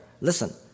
Listen